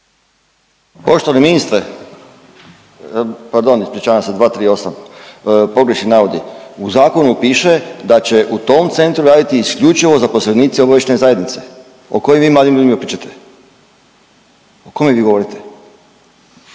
Poštovani ministre, pardon ispričavam se 238., pogrešni navodi. U zakonu piše da će u tom centru raditi isključivo zaposlenici obavještajne zajednice, o kojim vi mladim ljudima pričate, o kome vi govorite?